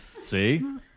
See